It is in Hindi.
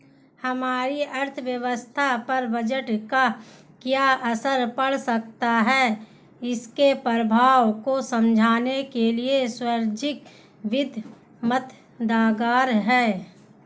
हमारी अर्थव्यवस्था पर बजट का क्या असर पड़ सकता है इसके प्रभावों को समझने के लिए सार्वजिक वित्त मददगार है